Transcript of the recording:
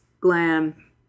glam